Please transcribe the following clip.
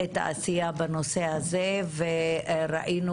את העשייה בנושא הזה, ראינו